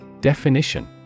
Definition